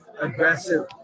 aggressive